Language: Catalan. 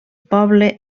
poble